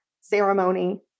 ceremony